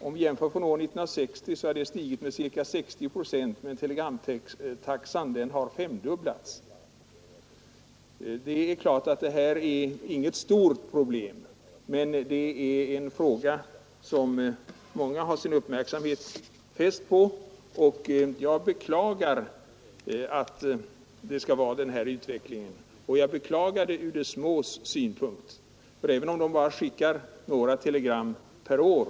Om vi jämför med 1960 års priser har konsumentprisindex stigit med ca 60 procent, men telegramtaxan har femdubblats. Detta är naturligtvis inget stort problem, men det är en fråga som många har sin uppmärksamhet riktad på. Ur de små inkomsttagarnas synpunkt beklagar jag att utvecklingen skall vara sådan, även om de bara skickar några telegram per år.